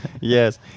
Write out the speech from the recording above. Yes